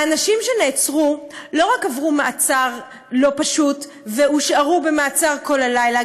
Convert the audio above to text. האנשים שנעצרו לא עברו רק מעצר לא פשוט והושארו במעצר כל הלילה,